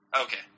Okay